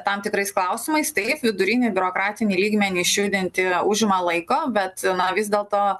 tam tikrais klausimais taip vidurinį biurokratinį lygmenį išjudinti užima laiko bet vis dėlto